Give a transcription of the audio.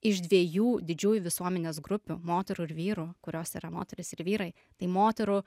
iš dviejų didžiųjų visuomenės grupių moterų ir vyrų kurios yra moterys ir vyrai tai moterų